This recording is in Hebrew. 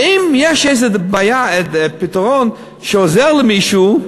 ואם יש איזה בעיה, איזה פתרון שעוזר למישהו,